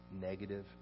negative